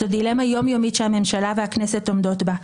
זו דילמה יום-יומית שהממשלה והכנסת עומדות בה.